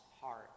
heart